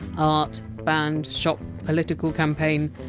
art, band, shop, political campaign!